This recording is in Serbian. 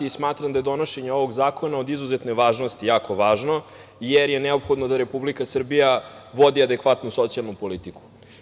Smatram da je donošenje ovog zakona od izuzetne važnosti, jako važno, jer je neophodno da Republika Srbija vodi adekvatnu socijalnu politiku.